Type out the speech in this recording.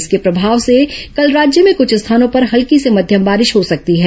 इसके प्रभाव से कल राज्य में कुछ स्थानों पर हल्की से मध्यम बारिश हो सकती है